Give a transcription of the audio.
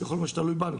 בכל מה שתלוי בנו,